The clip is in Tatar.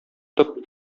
тып